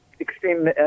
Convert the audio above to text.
extreme